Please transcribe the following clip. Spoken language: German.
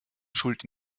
schuld